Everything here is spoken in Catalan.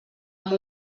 amb